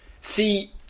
See